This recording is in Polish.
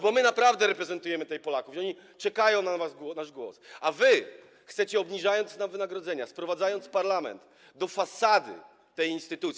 Bo my naprawdę reprezentujemy tutaj Polaków i oni czekają na nasz głos, a wy chcecie, obniżając nam wynagrodzenia, sprowadzając parlament do fasady tej instytucji.